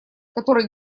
который